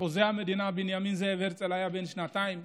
חוזה המדינה בנימין זאב הרצל היה בן שנתיים,